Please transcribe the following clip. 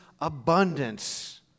abundance